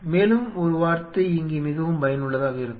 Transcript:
மேலும் ஒரு வார்த்தை இங்கே மிகவும் பயனுள்ளதாக இருக்கிறது